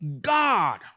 God